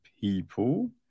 people